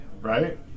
right